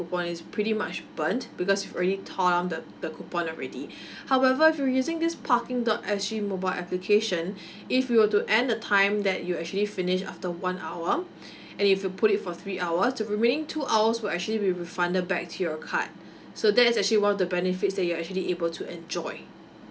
is pretty much burnt because you already tore down the the coupon already however if you using this parking dot S_G mobile application if you were to end the time that you actually finish after one hour and if you put it for three hours the remaining two hours will actually be refunded back to your card so that is actually one of the benefits that you are actually able to enjoy